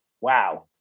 wow